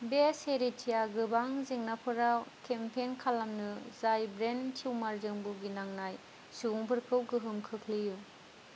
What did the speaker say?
बे चेरिटिया गोबां जेंनाफोराव केमपेइन खालामनो जाय ब्रेन टिउमारजों बुगिनांनाय सुबुंफोरखौ गोहोम खोख्लैयो